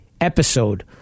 episode